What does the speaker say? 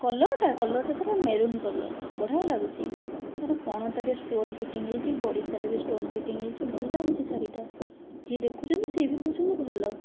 କଲରଟା କଲରଟା ତାର ମେରୁନ କଲର ବଢ଼ିଆ ଲାଗୁଛି ତାର ପଣତରେ ଷ୍ଟୋନ୍ ଫିଟିଙ୍ଗ ହେଇଛି ବଡ଼ିସାରା ବି ଷ୍ଟୋନ୍ ଫିଟିଙ୍ଗ ହେଇଛି ଭଲ ଲାଗୁଛି ଶାଢ଼ୀଟା ଯିଏ ଦେଖୁଛନ୍ତି ସେ ବି କହୁଛନ୍ତି ଭଲ